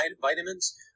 vitamins